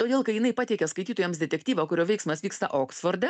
todėl kad jinai pateikia skaitytojams detektyvą kurio veiksmas vyksta oksforde